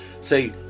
Say